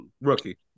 rookie